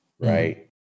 right